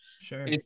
Sure